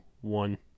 one